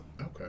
Okay